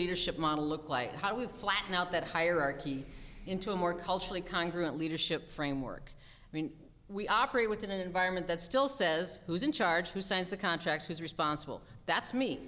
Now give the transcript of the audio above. leadership model look like how do we flatten out that hierarchy into a more culturally kind group leadership framework i mean we operate within an environment that still says who's in charge who says the contract who's responsible that's me